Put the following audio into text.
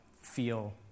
feel